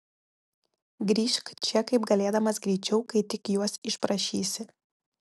grįžk čia kaip galėdamas greičiau kai tik juos išprašysi